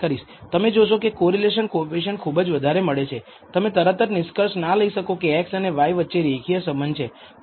તમે જોશો કે કોરિલેશન કોએફિસિએંટ ખુબ જ વધારે મળે છે તમે તરત જ કે નિષ્કર્ષ ના લઈ શકો કે x અને y વચ્ચે રેખીય સંબંધ છે